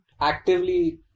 Actively